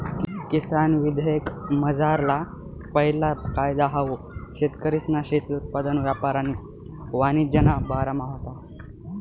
किसान विधेयकमझारला पैला कायदा हाऊ शेतकरीसना शेती उत्पादन यापार आणि वाणिज्यना बारामा व्हता